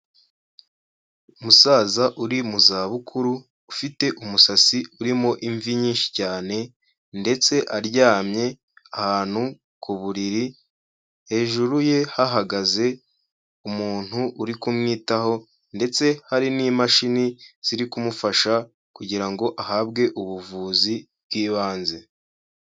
Umusaza uri mu zabukuru ufite umusatsi urimo imvi nyinshi cyane ndetse aryamye ahantu ku buriri, hejuru ye hahagaze umuntu uri kumwitaho ndetse hari n'imashini ziri kumufasha kugira ngo ahabwe ubuvuzi bw'ibanze.